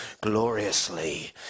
gloriously